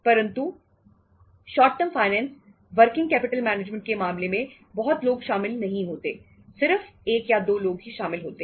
परंतु short term finance working capital management के मामले में बहुत लोग शामिल नहीं होते सिर्फ एक या दो लोग ही शामिल होते हैं